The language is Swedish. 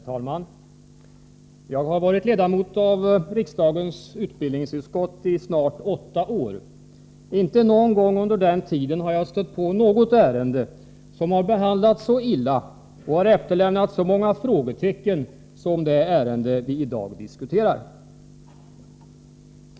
Herr talman! Jag har varit ledamot av riksdagens utbildningsutskott i snart åtta år. Inte någon gång under den tiden har jag stött på något ärende som har behandlats så illa och har efterlämnat så många frågetecken som det ärende vi i dag diskuterar.